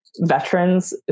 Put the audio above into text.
veterans